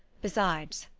besides,